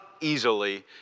easily